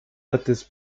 artes